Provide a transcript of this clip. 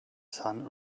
sun